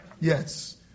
Yes